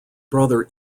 brother